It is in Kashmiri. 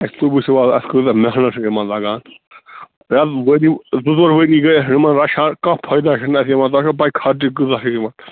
ہَے تُہۍ وُچھُو حظ اَسہِ کٲژاہ محنت چھِ یِمَن لگان ہے ؤری زٕ ژور ؤری گٔے اَسہِ یِمَن رچھان کانٛہہ فٲیِداہ چھِنہٕ اَسہِ یِوان تۄہہِ چھَو پےَ خرچہٕ کٲژاہ چھِ یِوان